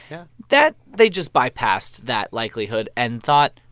yeah that they just bypassed that likelihood and thought,